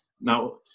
now